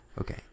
okay